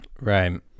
Right